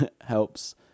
helps